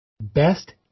best